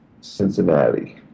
cincinnati